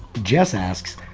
jess asks,